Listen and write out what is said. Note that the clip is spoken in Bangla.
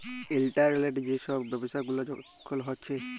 ইলটারলেটে যে ছব ব্যাব্ছা গুলা এখল হ্যছে